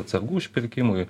atsargų užpirkimui